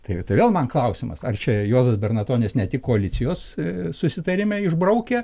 tai tai vėl man klausimas ar čia juozas bernatonis ne tik koalicijos susitarime išbraukia